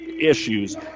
issues